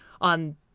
on